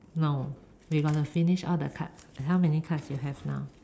no we got to finish all the cards how many cards you have now